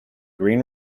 green